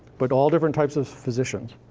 but all different types of physicians.